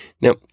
Now